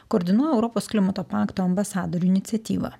koordinuoja europos klimato pakto ambasadorių iniciatyvą